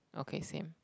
okay same